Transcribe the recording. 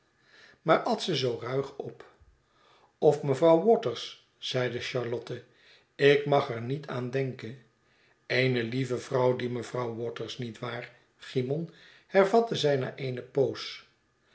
maar at ze zoo ruig op of mevrouw waters zeide charlotte ik mag er niet aan denken eene lieve vrouw die mevrouw waters niet waar cymon hervatte zij na eene poos